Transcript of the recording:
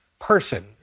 person